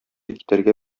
китәргә